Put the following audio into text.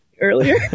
earlier